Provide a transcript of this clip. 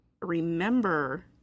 remember